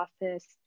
office